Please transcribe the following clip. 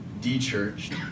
dechurched